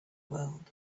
world